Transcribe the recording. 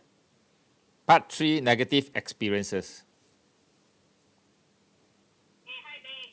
part three negative experiences